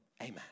amen